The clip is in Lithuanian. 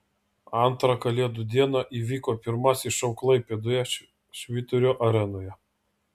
antrą kalėdų dieną įvyko pirmasis šou klaipėdoje švyturio arenoje